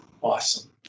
awesome